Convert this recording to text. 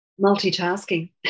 Multitasking